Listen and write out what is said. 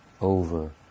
over